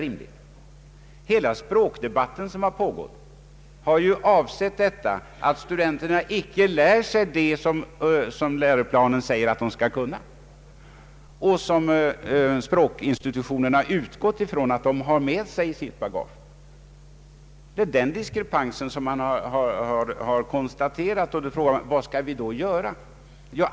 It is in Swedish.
Hela den språkdebatt som pågått har avsett att studenterna inte lär sig det som läroplanen säger att de skall kunna och som språkinstitutionerna utgått från att de har med sig i bagaget. Det är den diskrepansen man har konstaterat och frågan är vad vi då skall göra.